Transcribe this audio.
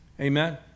Amen